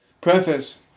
Preface